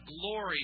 glory